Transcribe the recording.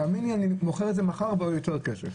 תאמין לי שאני מוכר את זה מחר בעוד יותר כסף.